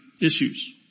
issues